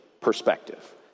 perspective